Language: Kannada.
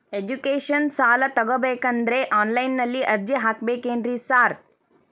ಎಜುಕೇಷನ್ ಸಾಲ ತಗಬೇಕಂದ್ರೆ ಆನ್ಲೈನ್ ನಲ್ಲಿ ಅರ್ಜಿ ಹಾಕ್ಬೇಕೇನ್ರಿ ಸಾರ್?